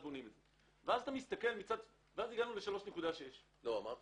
אמרת